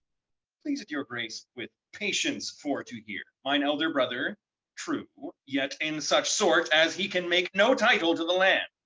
please it your grace with patience for to hear mine elder brother true yet in such sort, as he can make no title to the land.